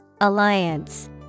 Alliance